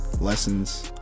lessons